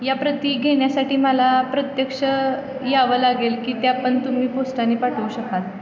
या प्रती घेण्यासाठी मला प्रत्यक्ष यावं लागेल की त्या पण तुम्ही पोस्टाने पाठवू शकाल